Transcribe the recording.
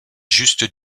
juste